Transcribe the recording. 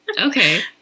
Okay